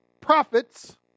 profits